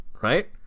Right